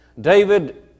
David